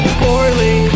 poorly